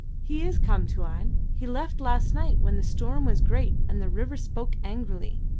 he is come, tuan. he left last night when the storm was great and the river spoke angrily.